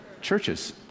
Churches